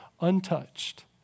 untouched